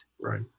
Right